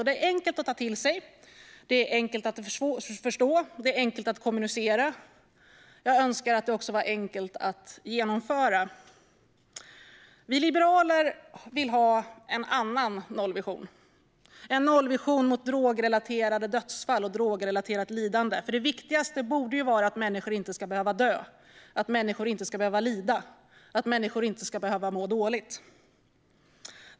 Det är enkelt att ta till sig, det är enkelt att förstå och det är enkelt att kommunicera. Jag önskar att det också vore enkelt att genomföra. Vi liberaler vill ha en annan nollvision: en nollvision när det gäller drogrelaterade dödsfall och drogrelaterat lidande. Det viktigaste borde ju vara att människor inte ska behöva dö, inte behöva lida och inte behöva må dåligt.